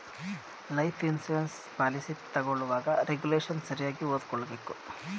life insurance policy ತಗೊಳ್ಳುವಾಗ regulation ಸರಿಯಾಗಿ ಓದಿಕೊಳ್ಳಬೇಕು